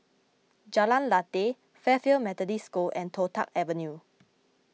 Jalan Lateh Fairfield Methodist School and Toh Tuck Avenue